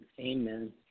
Amen